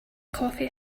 coffee